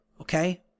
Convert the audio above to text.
okay